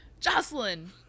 Jocelyn